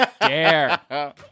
dare